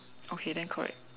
okay then correct